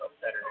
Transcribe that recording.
better